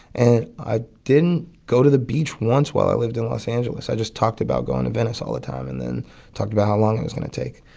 and i didn't go to the beach once while i lived in los angeles. i just talked about going to venice all the time and then talked about how long it was going to take,